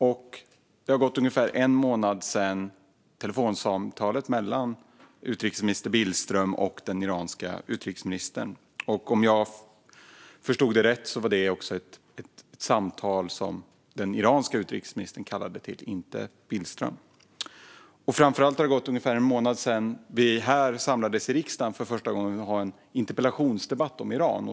Det har även gått ungefär en månad sedan telefonsamtalet mellan utrikesminister Billström och den iranske utrikesministern. Om jag förstod det rätt var det ett samtal som den iranske utrikesministern kallade till, inte Billström. Framför allt har det gått ungefär en månad sedan vi samlades här i riksdagen för första gången för att ha en interpellationsdebatt om Iran.